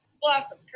Blossom